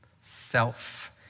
Self